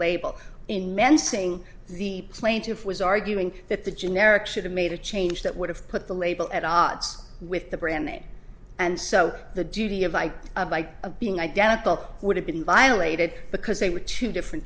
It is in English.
label in mensing the plaintiff was arguing that the generic should have made a change that would have put the label at odds with the brand name and so the duty of i by being identical would have been violated because they were two different